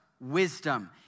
wisdom